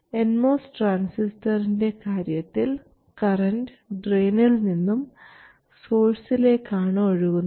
nMOS ട്രാൻസിസ്റ്ററിൻറെ കാര്യത്തിൽ current ഡ്രയിനിൽ നിന്നും സോഴ്സിലേക്ക് ആണ് ഒഴുകുന്നത്